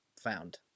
found